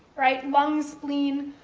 right, lungs, spleen,